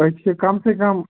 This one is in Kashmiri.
أسۍ چھِ کَم سے کَم